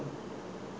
six years old